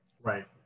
Right